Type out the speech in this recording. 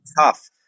tough